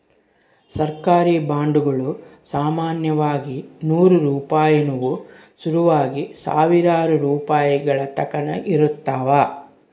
ಸರ್ಕಾರಿ ಬಾಂಡುಗುಳು ಸಾಮಾನ್ಯವಾಗಿ ನೂರು ರೂಪಾಯಿನುವು ಶುರುವಾಗಿ ಸಾವಿರಾರು ರೂಪಾಯಿಗಳತಕನ ಇರುತ್ತವ